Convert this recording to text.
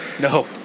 No